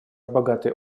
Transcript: богатый